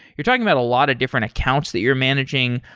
you're talking about a lot of different accounts that you're managing,